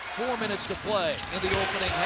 four minutes to play in the opening